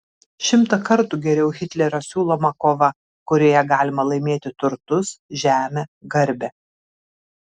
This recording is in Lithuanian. šimtą kartų geriau hitlerio siūloma kova kurioje galima laimėti turtus žemę garbę